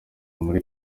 muri